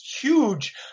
Huge